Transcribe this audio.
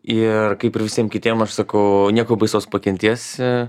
ir kaip ir visiem kitiem aš sakau nieko baisaus pakentėsi